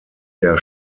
der